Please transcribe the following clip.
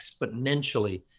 exponentially